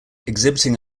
exhibiting